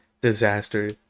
disaster